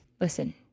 Listen